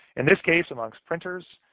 in this case, amongst printers,